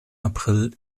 april